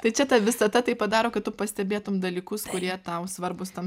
tai čia ta visata taip padaro kad tu pastebėtum dalykus kurie tau svarbūs tam